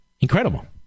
Incredible